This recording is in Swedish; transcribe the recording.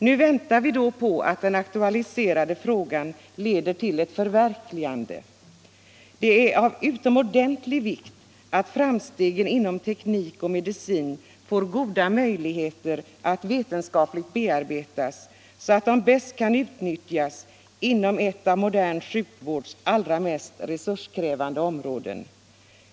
Nu väntar vi på att den aktualiserade frågan leder till ett förverkligande. Det är av utomordentlig vikt att man får möjligheter att vetenskapligt bearbeta framstegen inom teknik och medicin, så att dessa framsteg bäst kan utnyttjas inom ett av modern sjukvårds allra mest resurskrävande områden.